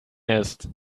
ist